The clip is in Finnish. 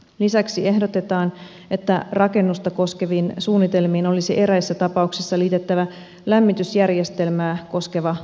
lisäksi ehdotetaan että rakennusta koskeviin suunnitelmiin olisi eräissä tapauksissa liitettävä lämmitysjärjestelmää koskeva arviointi